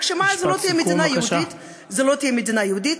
רק שזו לא תהיה מדינה יהודית,